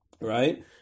right